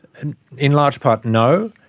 and in large part no,